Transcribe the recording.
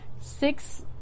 six